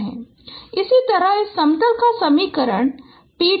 𝜋 𝑃𝑇𝑙 𝜋′ 𝑃′𝑇𝑙′ L इसी तरह इस समतल का समीकरण 𝑃′𝑇𝑙′ है